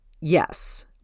yes